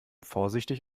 vorsichtig